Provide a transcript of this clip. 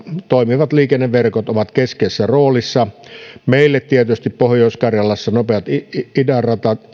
toimivat liikenneverkot ovat elinkeinopolitiikan näkökulmasta keskeisessä roolissa meille pohjois karjalassa nopeat itäradat ovat tietysti